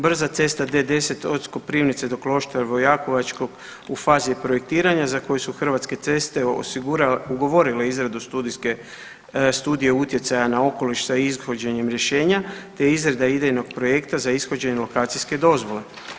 Brza cesta D-10 od Koprivnice do Kloštra Vojakovačkog u fazi je projektiranja za koji su Hrvatske ceste ugovorile izradu studije utjecaja na okoliš sa ishođenjem rješenja, te izrada idejnog projekata za ishođenje lokacijske dozvole.